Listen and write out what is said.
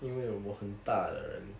因为我很大的人